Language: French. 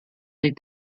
des